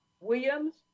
Williams